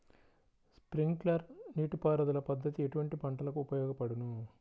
Sprinkler నీటిపారుదల పద్దతి ఎటువంటి పంటలకు ఉపయోగపడును?